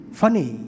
funny